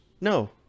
no